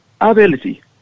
ability